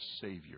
Savior